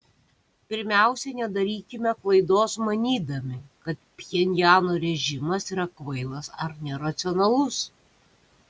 pirmiausia nedarykime klaidos manydami kad pchenjano režimas yra kvailas ar neracionalus